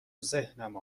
ذهنم